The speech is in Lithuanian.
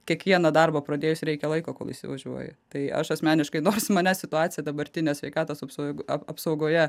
kiekvieną darbą pradėjus reikia laiko kol įsivažiuoji tai aš asmeniškai nors manęs situacija dabartinė sveikatos apsauga apsaugoje